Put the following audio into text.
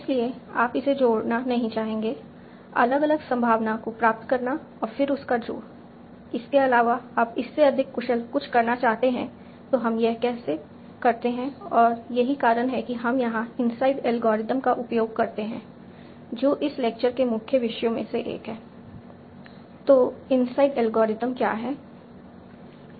इसलिए आप इसे जोड़ना नहीं चाहेंगे अलग अलग संभावना को प्राप्त करना और फिर उसका जोड़ इसके अलावा आप इससे अधिक कुशल कुछ करना चाहते हैं और हम यह कैसे करते हैं और यही कारण है कि हम यहां इनसाइड एल्गोरिथ्म का उपयोग करते हैं जो इस लेक्चर के मुख्य विषयों में से एक है तो इनसाइड एल्गोरिथ्म क्या है